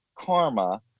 karma